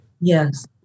Yes